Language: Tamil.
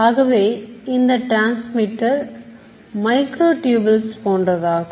ஆகவே இந்த டிரான்ஸ்மிட்டர் மைக்ரோ டியூப் பில்ஸ் போன்றதாகும்